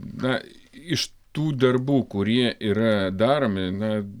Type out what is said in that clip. na iš tų darbų kurie yra daromi na